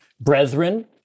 brethren